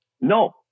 No